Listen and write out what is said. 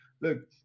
look